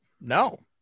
No